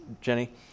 Jenny